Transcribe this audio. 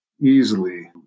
easily